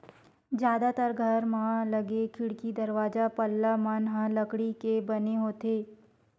जादातर घर म लगे खिड़की, दरवाजा, पल्ला मन ह लकड़ी के बने होथे